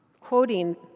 quoting